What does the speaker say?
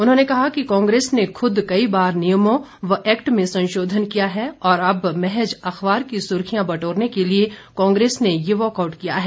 उन्होंने कहा कि कांग्रेस ने खूद कई बार नियमों व एक्ट में संशोधन किया है और अब महज अखबार की सुर्खियां बटोरने के लिए कांग्रेस ने ये वॉकआउट किया है